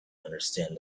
understand